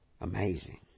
Amazing